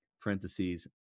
parentheses